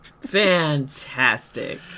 Fantastic